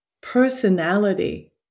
personality